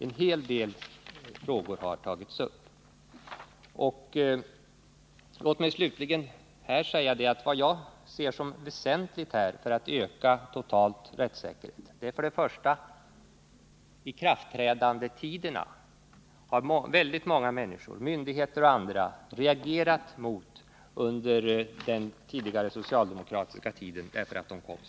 En hel del frågor har alltså tagits upp. Låt mig slutligen säga att vad jag anser vara väsentligt för att åstadkomma en ökning av rättssäkerheten är ikraftträdandetiderna. Många enskilda personer och myndigheter har reagerat kraftigt mot att lagarna under den socialdemokratiska regeringstiden trädde i kraft alltför snart efter det att besluten hade fattats.